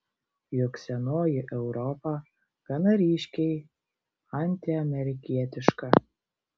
juk senoji europa gana ryškiai antiamerikietiška